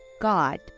God